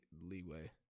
leeway